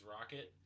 Rocket